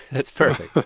that's perfect.